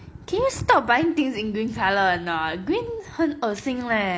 can you stop buying things in green colour or not green 很恶心勒